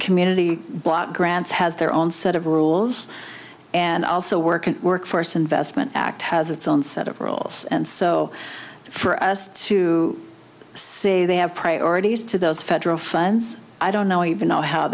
community block grants has their own set of rules and also working workforce investment act has its own set of rules and so for us to say they have priorities to those federal funds i don't know even know how